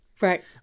Right